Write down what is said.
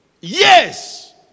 Yes